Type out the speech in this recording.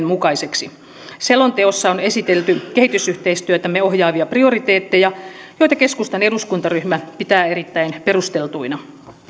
mukaiseksi selonteossa on esitelty kehitysyhteistyötämme ohjaavia prioriteetteja joita keskustan eduskuntaryhmä pitää erittäin perusteltuina